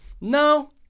no